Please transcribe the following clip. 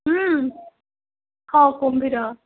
ହଁ କୁମ୍ଭୀର